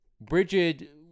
Bridget